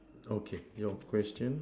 okay your question